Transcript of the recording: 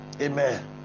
amen